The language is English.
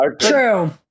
true